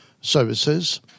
services